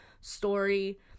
story